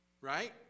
right